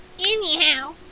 Anyhow